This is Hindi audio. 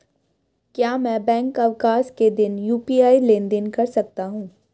क्या मैं बैंक अवकाश के दिन यू.पी.आई लेनदेन कर सकता हूँ?